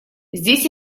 здесь